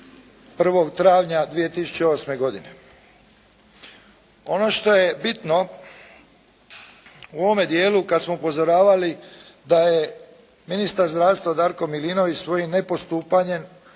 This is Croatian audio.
1. travnja 2008. godine. Ono što je bitno u ovome dijelu kad smo upozoravali da je ministar zdravstva Darko Milinović svojim nepostupanjem